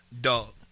Dog